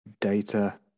data